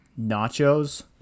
nachos